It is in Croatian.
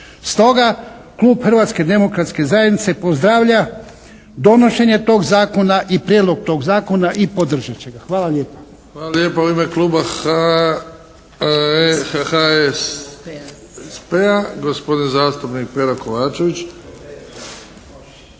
Stoga klub Hrvatske demokratske zajednice pozdravlja donošenje tog zakona i prijedlog tog zakona i podržat će ga. Hvala lijepa. **Bebić, Luka (HDZ)** Hvala lijepa. U ime kluba HSP-a, gospodin zastupnik Pero Kovačević.